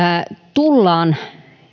tullaan